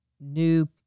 new